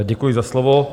Děkuji za slovo.